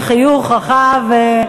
בחיוך רחב,